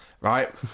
Right